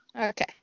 Okay